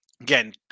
Again